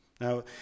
Now